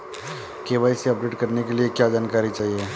KYC update करने के लिए क्या जानकारी चाहिए?